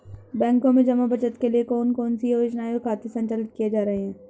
बैंकों में जमा बचत के लिए कौन कौन सी योजनाएं और खाते संचालित किए जा रहे हैं?